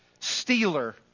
Stealer